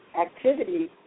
activity